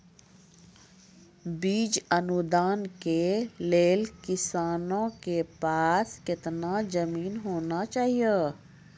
बीज अनुदान के लेल किसानों के पास केतना जमीन होना चहियों?